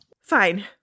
Fine